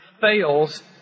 fails